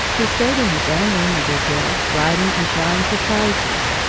he stayed in his own room a good deal, writing and trying for prizes.